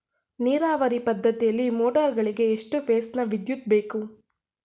ನೀರಾವರಿ ಪದ್ಧತಿಯಲ್ಲಿ ಮೋಟಾರ್ ಗಳಿಗೆ ಎಷ್ಟು ಫೇಸ್ ನ ವಿದ್ಯುತ್ ಬೇಕು?